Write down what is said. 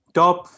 top